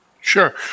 Sure